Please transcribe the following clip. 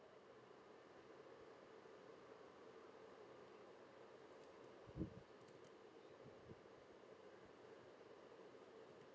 mm